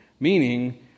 Meaning